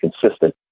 consistent